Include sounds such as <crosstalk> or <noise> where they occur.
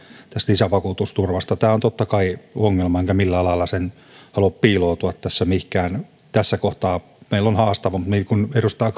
lisävakuutusturvasta tämä on totta kai ongelma enkä millään lailla halua piiloutua tässä mihinkään tässä kohtaa meillä on haastavaa mutta niin kuin edustaja <unintelligible>